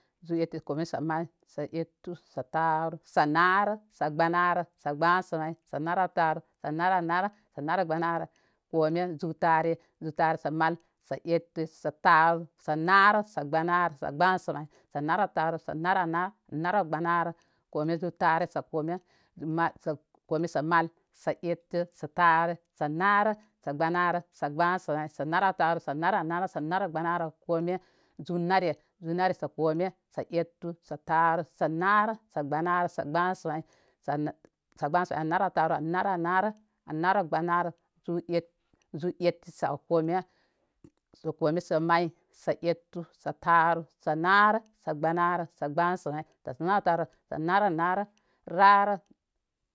Zu ettu sə kome sə may sə ettu sə narə sə gbəna-rə sataurn gbənsə may sə narə taru sə narə naru sə narə gbənarə kome zu tare zutare sə mal sə ettu sə tary sə naru sə gbənarə sə gbənsə may sə narə taru saə narə naru sə narə gbənarə kome zutarə sə kome kome sə mal sə efte sə tare sə narə sə gbənarə sə gbənsə may sə narə taru sə narə naru sə naru gbənarə kome. Zu nare zu nare sə kome sə ettu sə taru sə naru sə gbənarə sə gbən sə may sə nə sə gbənsə sə nərə taru narə naru a narə gbənarə zu ettu sə kome sə kome sə may sə gbənarə sə gbənsə may sə narə taru sə narə naru rarə.